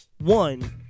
One